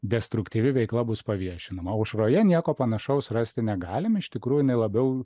destruktyvi veikla bus paviešinama o aušroje nieko panašaus rasti negalim iš tikrųjų labiau